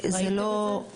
זה לא --- ראיתם את זה?